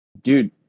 dude